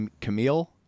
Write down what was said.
Camille